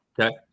Okay